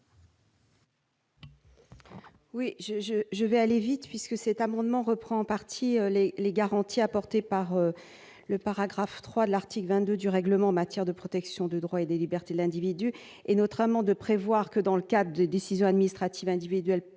je, je vais aller vite puisque cet amendement reprend en partie et les garanties apportées par le paragraphe 3 de l'article 22 du règlement en matière de protection des droits et des libertés, de l'individu et notre amendes prévoir que dans le cadre des décisions administratives individuelles